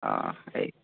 অঁ এই